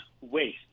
waste